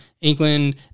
England